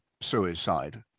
Suicide